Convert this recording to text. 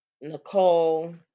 Nicole